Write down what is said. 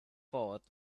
thought